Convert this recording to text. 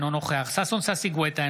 אינו נוכח ששון ששי גואטה,